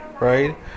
right